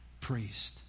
priest